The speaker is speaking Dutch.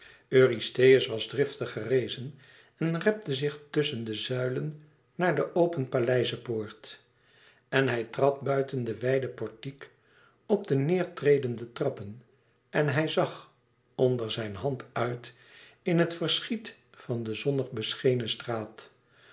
was driftig gerezen en repte zich tusschen de zuilen naar de open paleizepoort en hij trad buiten den wijden portiek op de neêr tredende trappen en hij zag onder zijn hand uit in het verschiet van de zonnig beschenen straat